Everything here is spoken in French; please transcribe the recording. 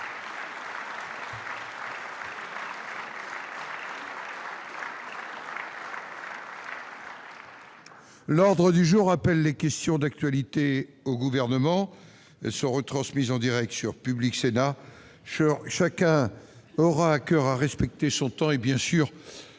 L'ordre du jour appelle les questions d'actualité au gouvernement sont retransmises en Direct sur Public Sénat sur chacun aura à coeur à respecter son temps et bien sûr